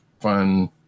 fun